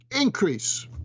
increase